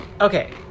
Okay